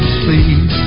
sleep